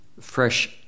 fresh